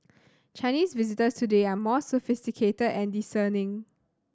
Chinese visitors today are more sophisticated and discerning